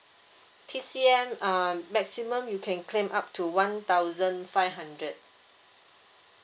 T_C_M uh maximum you can claim up to one thousand five hundred